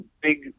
big